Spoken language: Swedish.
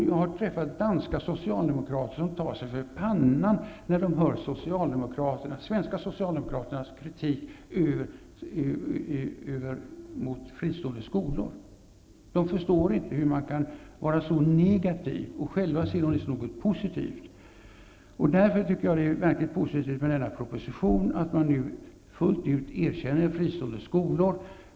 Jag har träffat danska socialdemokrater som tar sig för pannan när de hör de svenska socialdemokraternas kritik mot fristående skolor. De förstår inte hur man kan vara så negativ. Själva ser de fristående skolor som något positivt. Det är verkligt positivt att man i propositionen nu fullt ut erkänner fristående skolor.